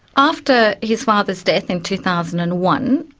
after his father's death in two thousand and one,